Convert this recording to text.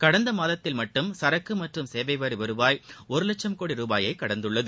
கடந்த மாதத்தில் மட்டும் சரக்கு மற்றும் சேவை வரி வருவாய் ஒரு லட்சும் கோடி ருபாயை கடந்துள்ளது